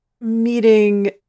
meeting